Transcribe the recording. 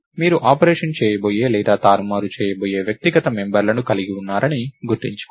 మీరు ఆపరేషన్ చేయబోయే లేదా తారుమారు చేయబోయే వ్యక్తిగత మెంబర్లను కలిగి ఉన్నారని గుర్తుంచుకోండి